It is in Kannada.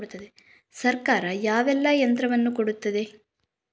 ಸರ್ಕಾರ ಯಾವೆಲ್ಲಾ ಯಂತ್ರವನ್ನು ಕೊಡುತ್ತಾರೆ?